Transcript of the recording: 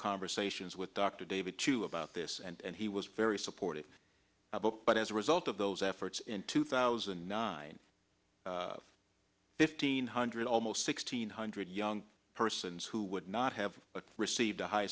conversations with dr david chu about this and he was very supportive but as a result of those efforts in two thousand and nine fifteen hundred almost sixteen hundred young persons who would not have received a high